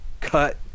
cut